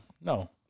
No